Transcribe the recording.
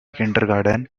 kindergarten